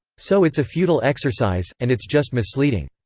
so it's a futile exercise, and it's just misleading.